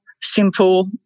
simple